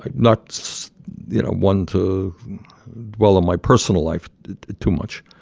ah not so you know one to dwell on my personal life too much.